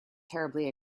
terribly